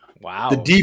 Wow